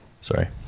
sorry